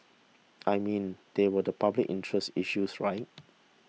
I mean these were the public interest issues right